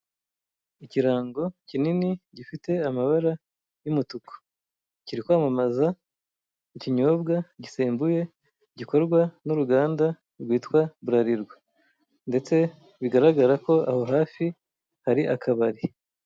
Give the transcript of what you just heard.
Ikirango kinini gifite amabara y'umutuku kiri kwamamaza ikinyobwa gisembuye gikorwa n'uruganda rwitwa burarirwa ndetse bigaragara ko aho hafi hari akabari.